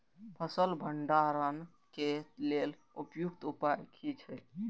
फसल भंडारण के लेल उपयुक्त उपाय कि छै?